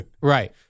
Right